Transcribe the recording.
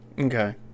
Okay